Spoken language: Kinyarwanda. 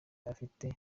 afite